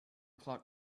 clock